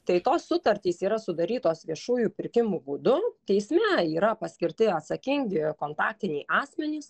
tai tos sutartys yra sudarytos viešųjų pirkimų būdu teisme yra paskirti atsakingi kontaktiniai asmenys